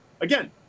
Again